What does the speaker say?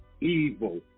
evil